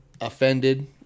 offended